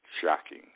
Shocking